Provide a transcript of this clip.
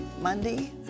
Monday